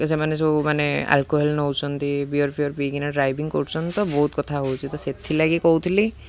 ସେମାନେ ସବୁ ମାନେ ଆଲକୋହଲ ନଉଚଛନ୍ତି ବିିଓର ଫିଓର ପିଇକିନା ଡ୍ରାଇଭିଂ କରୁଚନ୍ତି ତ ବହୁତ କଥା ହଉଚି ତ ସେଥିଲାଗି କହୁଥିଲି